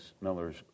Miller's